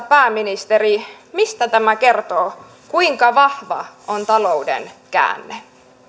pääministeri mistä tämä kertoo kuinka vahva on talouden käänne